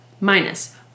minus